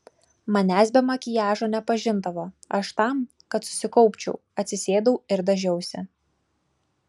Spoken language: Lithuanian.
manęs be makiažo nepažindavo aš tam kad susikaupčiau atsisėdau ir dažiausi